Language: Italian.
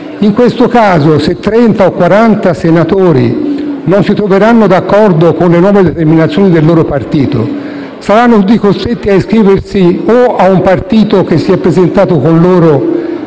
In questo caso, se trenta o quaranta senatori non si troveranno d'accordo con le nuove determinazioni del loro partito, saranno tutti costretti a iscriversi a un partito che si è presentato con loro